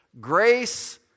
grace